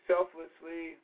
selflessly